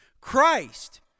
christ